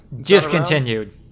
Discontinued